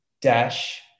dash